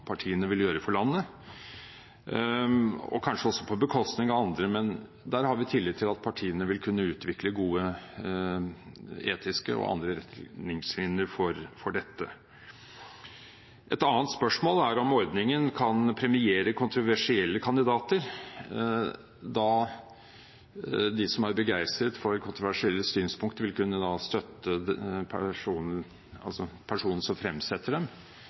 partiene vil gjøre for landet, og kanskje også på bekostning av andre. Men der har vi tillit til at partiene vil kunne utvikle gode etiske og andre retningslinjer for dette. Et annet spørsmål er om ordningen kan premiere kontroversielle kandidater, da de som er begeistret for kontroversielle synspunkter, vil kunne støtte personene som fremsetter dem, mens de som